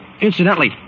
Incidentally